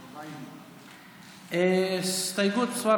40. הסתייגויות מס'